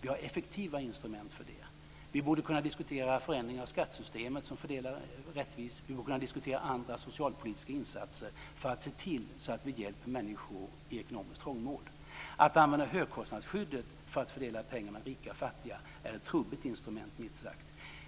Vi har ju effektiva instrument för det. Vi borde kunna diskutera förändringar i skattesystemet som innebär en rättvis fördelning. Vi borde också kunna diskutera andra socialpolitiska insatser; detta för att se till att vi hjälper människor i ekonomiskt trångmål. Att använda högkostnadsskyddet för att fördela pengar mellan rika och fattiga är, milt uttryckt, ett trubbigt instrument.